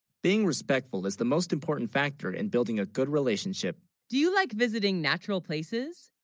being respectful, is the most important factor in building a good relationship, do you, like, visiting natural places